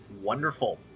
wonderful